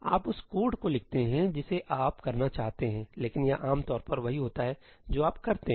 आप उस कोड को लिखते हैं जिसे आप करना चाहते हैं लेकिन यह आमतौर पर वही होता है जो आप करते हैं